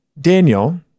Daniel